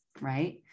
right